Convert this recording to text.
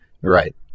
right